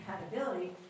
compatibility